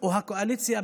או הקואליציה,